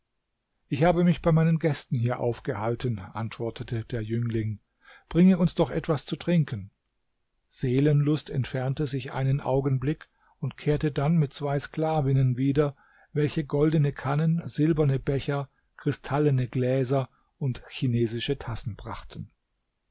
ich habe mich bei meinen gästen hier aufgehalten antwortete der jüngling bringe uns doch etwas zu trinken seelenlust entfernte sich einen augenblick und kehrte dann mit zwei sklavinnen wieder welche goldene kannen silberne becher kristallene gläser und chinesische tassen brachten